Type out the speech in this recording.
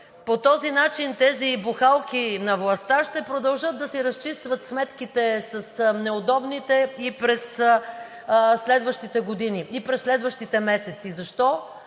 По този начин тези бухалки на властта ще продължат да си разчистват сметките с неудобните и през следващите месеци. Защо?